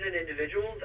individuals